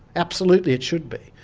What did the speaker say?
absolutely it should be.